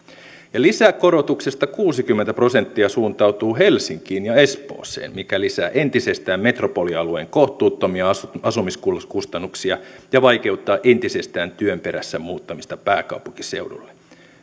ja lisäkorotuksesta kuusikymmentä prosenttia suuntautuu helsinkiin ja espooseen mikä lisää entisestään metropolialueen kohtuuttomia asumiskustannuksia ja vaikeuttaa entisestään työn perässä muuttamista pääkaupunkiseudulle